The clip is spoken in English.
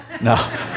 No